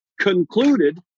concluded